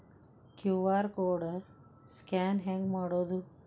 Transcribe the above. QR code scan ಹೆಂಗ್ ಮಾಡೋದು?